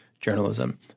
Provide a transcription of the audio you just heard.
journalism